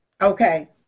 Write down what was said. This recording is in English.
Okay